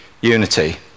unity